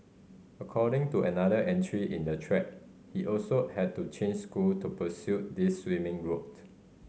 according to another entry in the thread he also had to change school to pursue this swimming route